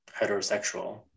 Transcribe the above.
heterosexual